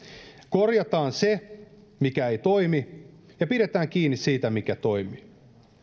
korjataan se mikä ei toimi ja pidetään kiinni siitä mikä toimii